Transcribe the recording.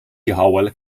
howell